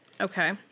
Okay